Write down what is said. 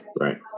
Right